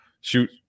shoot